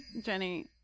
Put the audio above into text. Jenny